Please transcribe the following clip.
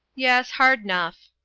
yes, hard'nough.